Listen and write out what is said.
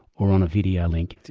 or on a videolink.